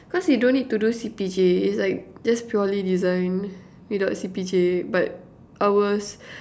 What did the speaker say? cause you don't need to do C_P_J it's like just purely design without C_P_J but ours